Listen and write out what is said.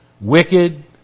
wicked